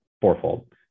fourfold